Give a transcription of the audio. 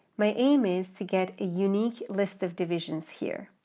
my aim is to get a unique list of divisions here.